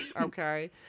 Okay